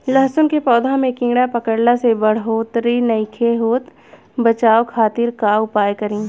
लहसुन के पौधा में कीड़ा पकड़ला से बढ़ोतरी नईखे होत बचाव खातिर का उपाय करी?